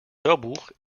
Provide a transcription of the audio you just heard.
hörbuch